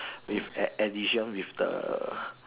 with add addition with the